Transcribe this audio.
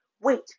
Wait